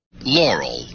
Laurel